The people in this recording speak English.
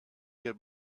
good